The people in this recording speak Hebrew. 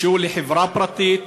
שהוא של חברה פרטית,